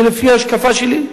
שלפי ההשקפה שלי,